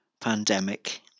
pandemic